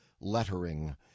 lettering